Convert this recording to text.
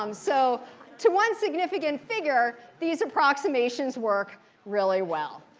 um so to one significant figure, these approximations work really well.